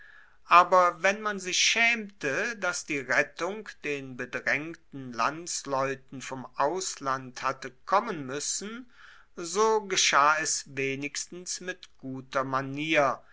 aber wenn man sich schaemte dass die rettung den bedraengten landsleuten vom ausland hatte kommen muessen so geschah es wenigstens mit guter manier